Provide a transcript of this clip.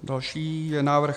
Další je návrh